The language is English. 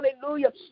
hallelujah